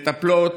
מטפלות,